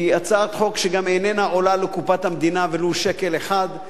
היא גם הצעת חוק שאיננה עולה לקופת המדינה ולו שקל אחד,